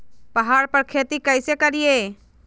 पहाड़ पर खेती कैसे करीये?